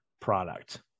product